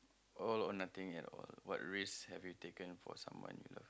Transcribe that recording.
all or nothing at all what risk have you taken for someone you love